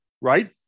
right